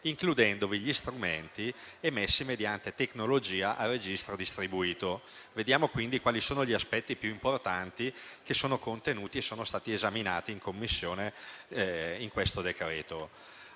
includendovi gli strumenti emessi mediante tecnologia al registro distribuito. Vediamo quindi quali sono gli aspetti più importanti contenuti nel decreto-legge che sono stati esaminati in Commissione. L'articolo